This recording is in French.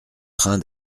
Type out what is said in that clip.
train